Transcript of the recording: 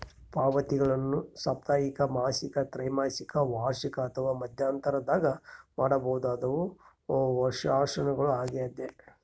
ಪಾವತಿಗಳನ್ನು ಸಾಪ್ತಾಹಿಕ ಮಾಸಿಕ ತ್ರೈಮಾಸಿಕ ವಾರ್ಷಿಕ ಅಥವಾ ಮಧ್ಯಂತರದಾಗ ಮಾಡಬಹುದಾದವು ವರ್ಷಾಶನಗಳು ಆಗ್ಯದ